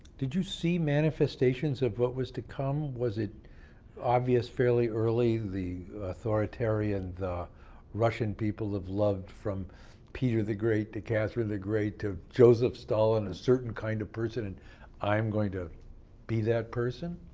did you see manifestations of what was to come? was it obvious fairly early, the authoritarian the russian people have loved from peter the great to catherine the great to josef stalin, a certain kind of person, and i'm going to be that person?